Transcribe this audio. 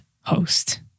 host